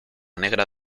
negra